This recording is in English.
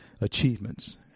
achievements